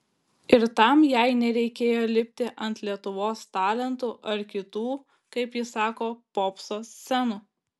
ir tam jai nereikėjo lipti ant lietuvos talentų ar kitų kaip ji sako popso scenų